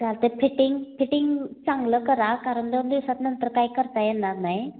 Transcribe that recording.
चालतंय fitting fitting चांगलं करा कारण दोन दिवसांनंतर काही करता येणार नाही